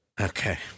Okay